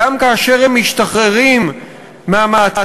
גם כאשר הם משתחררים מהמעצר,